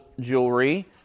jewelry